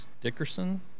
Dickerson